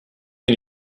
mir